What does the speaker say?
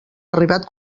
arribat